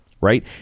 Right